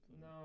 No